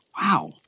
Wow